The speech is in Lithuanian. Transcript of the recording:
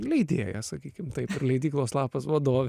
leidėja sakykim taip leidyklos lapas vadovė